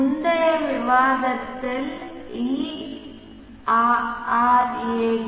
முந்தைய விவாதத்தில் errad